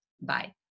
Bye